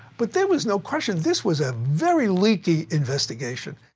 but there was no question, this was a very leaky investigation